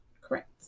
Correct